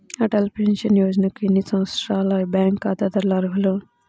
Atal pension యోజనకు ఎన్ని సంవత్సరాల బ్యాంక్ ఖాతాదారులు అర్హులు?